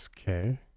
Okay